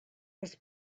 was